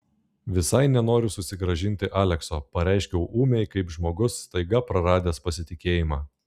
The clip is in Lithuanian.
visai nenoriu susigrąžinti alekso pareiškiau ūmiai kaip žmogus staiga praradęs pasitikėjimą